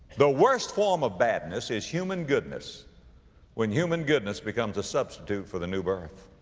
the worst form of badness is human goodness when human goodness becomes a substitute for the new birth.